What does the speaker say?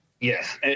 yes